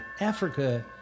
Africa